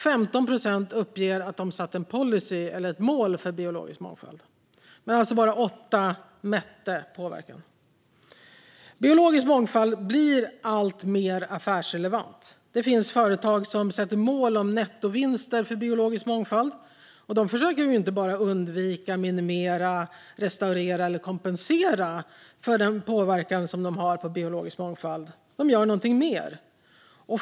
15 procent uppgav att de satt en policy eller ett mål för biologisk mångfald. Men det var alltså bara 8 bolag som mätte påverkan. Biologisk mångfald blir alltmer affärsrelevant. Det finns företag som sätter upp mål om nettovinster för biologisk mångfald. De försöker inte bara undvika, minimera, restaurera eller kompensera för den påverkan som de har på biologisk mångfald. De gör någonting mer.